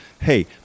hey